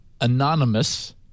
anonymous